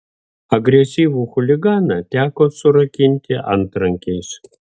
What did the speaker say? agresyvų chuliganą teko surakinti antrankiais